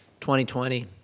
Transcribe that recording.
2020